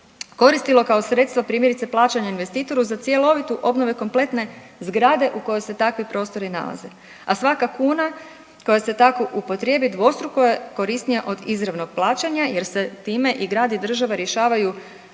koristilo kao sredstva primjerice plaćanja investitoru za cjelovitu, obnovu kompletne zgrade u kojoj se takvi prostori nalaze, a svaka kuna koja se tako upotrijebi dvostruko je korisnija od izravnog plaćanja jer se time i grad i država rješavaju imovine